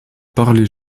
parlé